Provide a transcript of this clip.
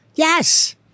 Yes